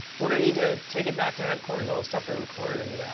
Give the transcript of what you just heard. we're gonna need to take it back to headquarters, all the stuff we recorded, and